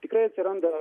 tikrai atsiranda